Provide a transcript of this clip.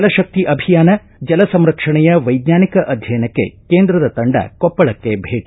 ಜಲಶಕ್ತಿ ಅಭಿಯಾನ ಜಲ ಸಂರಕ್ಷಣೆಯ ವೈಜ್ವಾನಿಕ ಅಧ್ಯಯನಕ್ಕೆ ಕೇಂದ್ರದ ತಂಡ ಕೊಪ್ಪಳಕ್ಕೆ ಭೇಟ